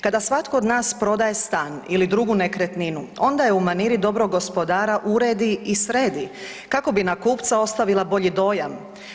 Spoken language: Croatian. Kada svatko od nas prodaje stan ili drugu nekretninu onda je u maniri dobrog gospodara uredi i sredi kako bi na kupca ostavila bolji dojam.